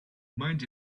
mind